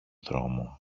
δρόμο